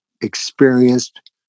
experienced